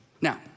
Now